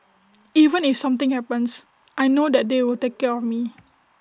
even if something happens I know that they will take care of me